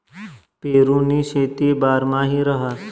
पेरुनी शेती बारमाही रहास